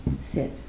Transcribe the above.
sit